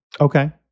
Okay